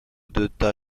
دوتا